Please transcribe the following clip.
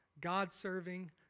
God-serving